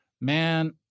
man